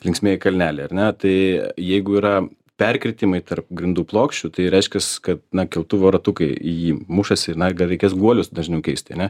linksmieji kalneliai ar ne tai jeigu yra perkirtimai tarp grindų plokščių tai reiškias kad na keltuvo ratukai į jį mušasi na gal reikės guolius dažniu keisti ane